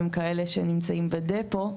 הם כאלה שנמצאים בדפו,